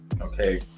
Okay